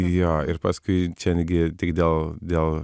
jo ir paskui čiagi tik dėl dėl